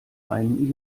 einen